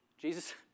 Jesus